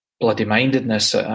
bloody-mindedness